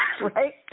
Right